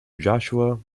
joshua